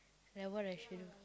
like what I should